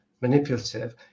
manipulative